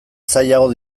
zailagoa